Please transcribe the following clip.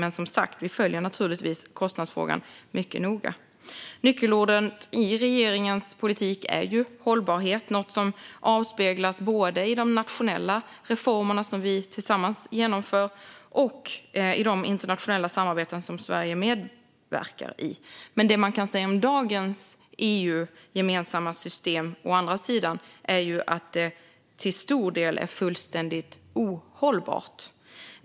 Men vi följer som sagt kostnadsfrågan mycket noga. Nyckelordet i regeringens politik är hållbarhet, något som avspeglas både i de nationella reformer som vi tillsammans genomför och i de internationella samarbeten som Sverige medverkar i. Det man kan säga om dagens EU-gemensamma system är att det till stor del är fullständigt ohållbart.